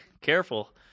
careful